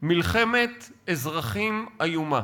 מלחמת אזרחים איומה.